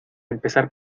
empezar